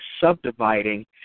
subdividing